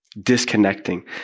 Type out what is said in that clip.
disconnecting